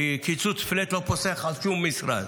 כי קיצוץ פלאט לא פוסח על שום משרד.